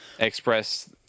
express